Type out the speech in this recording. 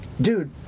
Dude